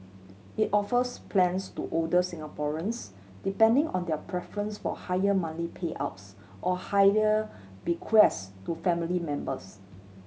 it offers plans to older Singaporeans depending on their preference for higher monthly payouts or higher bequest to family members